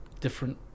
different